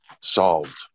solved